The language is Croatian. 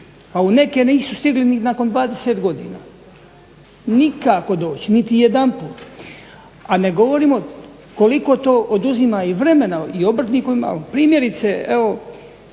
a u neke nisu stigli ni nakon 20 godina nikako doći, niti jedanput. A ne govorimo koliko to oduzima vremena i obrtniku i malom. Primjerice evo